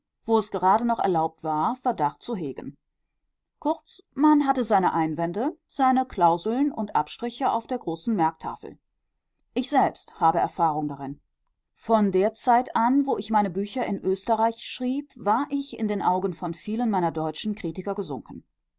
wo es gerade noch erlaubt war verdacht zu hegen kurz man hatte seine einwände seine klauseln und abstriche auf der großen merktafel ich habe selbst erfahrung darin von der zeit an wo ich meine bücher in österreich schrieb war ich in den augen von vielen meiner deutschen kritiker gesunken